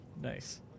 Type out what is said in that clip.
Nice